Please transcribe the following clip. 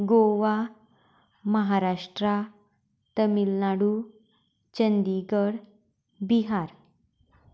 Goa Maharashtra Tamil Nadu Chandigarh Bihar